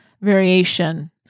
variation